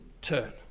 turn